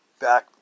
back